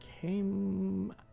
came